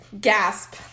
Gasp